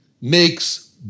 makes